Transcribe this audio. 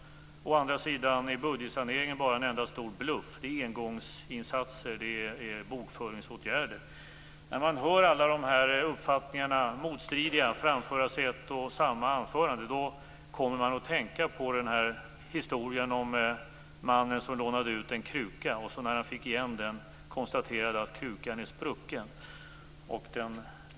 Å andra sidan är budgetsaneringen bara en enda stor bluff. Det är engångsinsatser. Det är bokföringsåtgärder. När man hör alla dessa motstridiga uppfattningar framföras i ett och samma anförande kommer man att tänka på historien om mannen som lånade ut en kruka och som, när han fick igen den, konstaterade att krukan var sprucken.